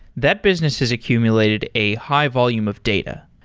that business has accumulated a high volume of data.